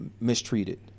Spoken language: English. mistreated